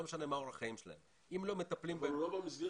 משנה מה אורח החיים שלהם אם לא מטפלים בהם במסגרת